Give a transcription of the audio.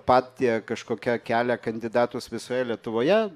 partija kažkokia kelia kandidatus visoje lietuvoje